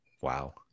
Wow